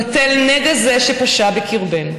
/ בטל נגע זה שפשה בקרבנו,